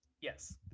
Yes